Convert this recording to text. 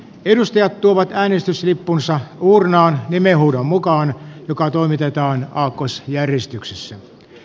edustajat tuovat äänestyslippunsa uurnaan nimenhuudon mukaan joka toimitetaan aakkosjärjestyksessä